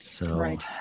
Right